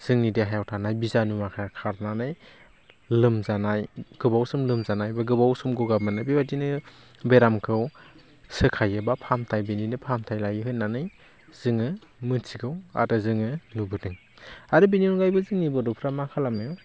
जोंनि देहायाव थानाय बिजानु माखाया खारनानै लोमजानाय गोबाव सम लोमजानाय बे गोबाव सम ग'ग मोननाय बेबायदिनो बेरामखौ सोखायो बा फाहामथाइ बा बिनिनो फाहामथाइ होनानै जोङो मिथिगौ आरो जोङो नुबोदों आरो बेनि अनगायैबो जोंनि बर'फ्रा मा खालामो